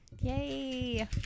Yay